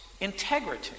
integrity